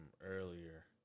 earlier